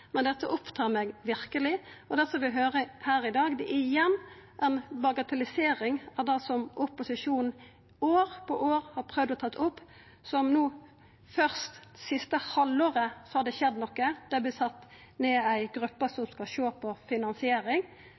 men dette opptar meg verkeleg. Det vi høyrer her i dag, er igjen ei bagatellisering av det som opposisjonen år på år har prøvd å ta opp, og først no, det siste halvåret, har det skjedd noko. Det er sett ned ei gruppe som skal sjå på finansiering,